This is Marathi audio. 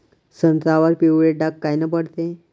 संत्र्यावर पिवळे डाग कायनं पडते?